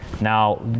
Now